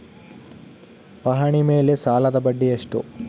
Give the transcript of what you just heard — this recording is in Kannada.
ಪಹಣಿ ಮೇಲೆ ಸಾಲದ ಬಡ್ಡಿ ಎಷ್ಟು?